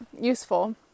useful